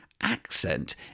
accent